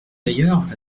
d’ailleurs